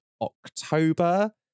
October